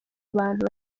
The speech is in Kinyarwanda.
bantu